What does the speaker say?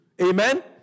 Amen